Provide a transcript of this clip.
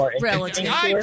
relative